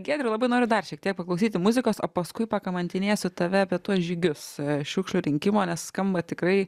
giedriau labai noriu dar šiek tiek paklausyti muzikos o paskui pakamantinėsiu tave apie tuos žygius šiukšlių rinkimo nes skamba tikrai